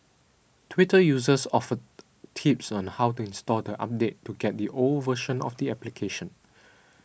Twitter users offered tips on how to uninstall the update to get the old version of the application